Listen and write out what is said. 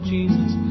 Jesus